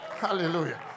Hallelujah